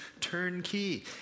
turnkey